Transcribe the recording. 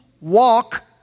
walk